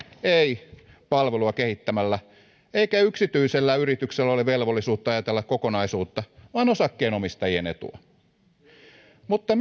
ei palvelua kehittämällä eikä yksityisellä yrityksellä ole velvollisuutta ajatella kokonaisuutta vaan osakkeenomistajien etua mutta